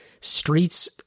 streets